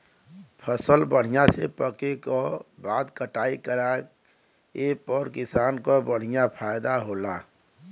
फसल बढ़िया से पके क बाद कटाई कराये पे किसान क बढ़िया फयदा होला